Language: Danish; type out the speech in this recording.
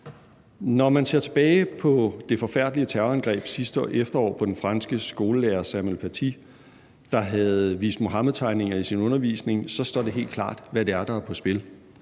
Når man ser tilbage på det forfærdelige terrorangreb sidste efterår på den franske skolelærer Samuel Paty, der havde vist Muhammedtegninger i sin undervisning, så står det helt klart, hvad det er, der er på spil.